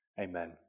Amen